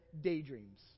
daydreams